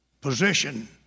position